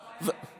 מה הבעיה?